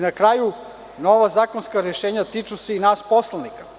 Na kraju, nova zakonska rešenja se tiču i nas poslanika.